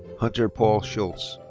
hunter paul schulz.